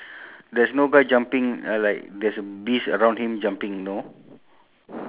mm K anything else anything else